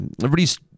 everybody's